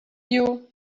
you